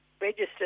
registered